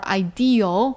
ideal